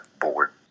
board